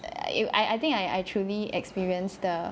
I I I think I I truly experience the